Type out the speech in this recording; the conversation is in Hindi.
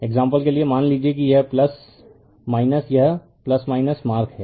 एक्साम्पल के लिए मान लीजिए कि यह यह मार्क है